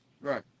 Right